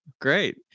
Great